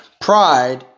Pride